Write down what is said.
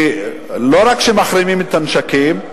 כי לא רק שמחרימים את הנשקים,